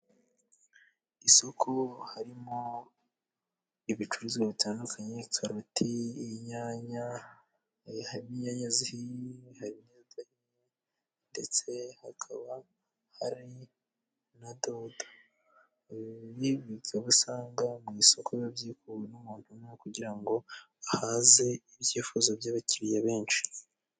Isoko harimo ibicuruzwa bitandukanye karoti, inyanya n'inyanya zigiye, ndetse hakaba hari na dodo. Ibi ni ibimenyetso usanga mu isoko biba byikubiwe n'umuntu, umwe kugira ngo ahaze ibyifuzo by'abakiriya benshi.